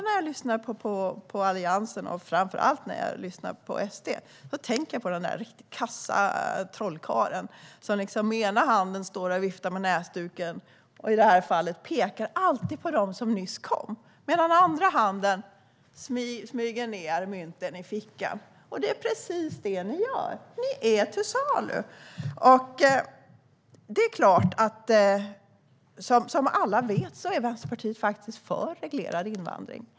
När jag lyssnar på Alliansen, och framför allt när jag lyssnar på SD, tänker jag på en riktigt kass trollkarl som med ena handen viftar med näsduken och alltid pekar på dem som nyss kom medan han med andra handen smyger ned mynten i fickan. Det är precis det ni gör, för ni är till salu. Som alla vet är Vänsterpartiet för reglerad invandring.